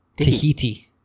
Tahiti